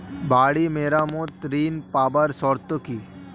বাড়ি মেরামত ঋন পাবার শর্ত কি?